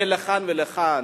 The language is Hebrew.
ולכאן ולכאן,